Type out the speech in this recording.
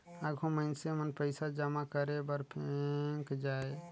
आघु मइनसे मन पइसा जमा करे बर बेंक जाएं